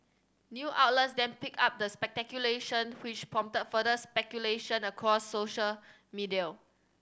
new outlets then picked up the speculation which prompted further speculation across social media